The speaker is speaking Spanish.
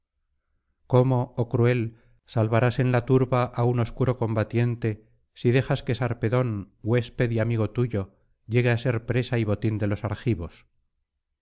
cómo oh cruel salvarás en la turba á un obscuro combatiente si dejas que sarpedón huésped y amigo tuyo llegue á ser presa y botín de los argivos